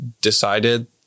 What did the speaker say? decided